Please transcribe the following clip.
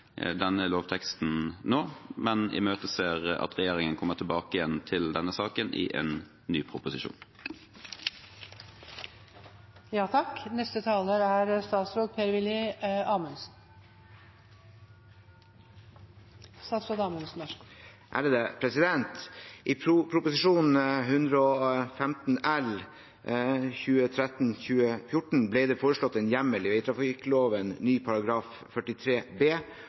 denne lovteksten nå, men imøteser at regjeringen kommer tilbake igjen til denne saken i en ny proposisjon. I Prop. 115 L for 2013–2014 ble det foreslått en hjemmel i veitrafikkloven, ny § 43 b, om behandling av opplysninger til utførelse av forvaltningsoppgaver på veitrafikkområdet. Forslaget omfatter i utgangspunktet kun behandling av personopplysninger til forvaltningsoppgaver etter veitrafikkloven.